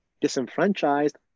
disenfranchised